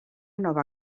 nova